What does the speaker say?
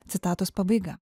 citatos pabaiga